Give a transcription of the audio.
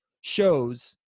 shows